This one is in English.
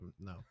no